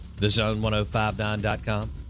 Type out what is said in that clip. thezone1059.com